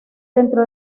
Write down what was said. dentro